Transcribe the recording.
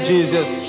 Jesus